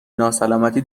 ناسلامتی